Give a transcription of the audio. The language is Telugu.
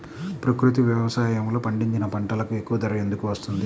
ప్రకృతి వ్యవసాయములో పండించిన పంటలకు ఎక్కువ ధర ఎందుకు వస్తుంది?